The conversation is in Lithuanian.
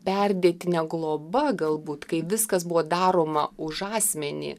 perdėtinė globa galbūt kai viskas buvo daroma už asmenį